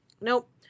Nope